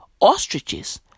ostriches